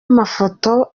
amafoto